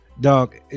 dog